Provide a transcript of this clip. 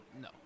No